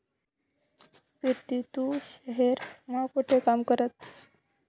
पिरती तू शहेर मा कोठे काम करस?